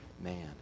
man